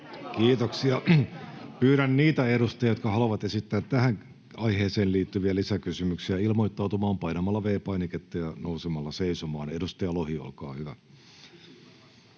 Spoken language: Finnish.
Kiitoksia. — Pyydän niitä edustajia, jotka haluavat esittää tähän aiheeseen liittyviä lisäkysymyksiä, ilmoittautumaan painamalla V-painiketta ja nousemalla seisomaan. — Edustaja Lohi, olkaa hyvä.